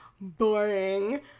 boring